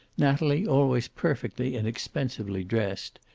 natalie always perfectly and expensively dressed,